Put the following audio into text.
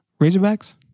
Razorbacks